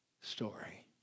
story